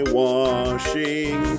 washing